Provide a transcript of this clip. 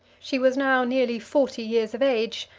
she was now nearly forty years of age,